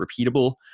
repeatable